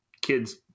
kids